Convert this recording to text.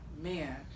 man